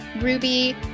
Ruby